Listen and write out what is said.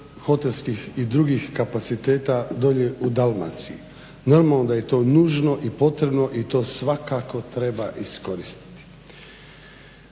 hotelskih i drugih kapaciteta dolje i Dalmaciji. Normalno da je to nužno i potrebno i to svakako treba iskoristiti.